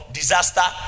disaster